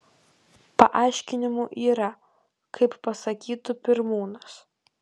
paaiškinimų yra kaip pasakytų pirmūnas